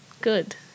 Good